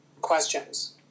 questions